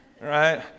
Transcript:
Right